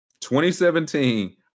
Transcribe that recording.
2017